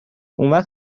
اونوقت